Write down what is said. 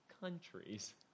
countries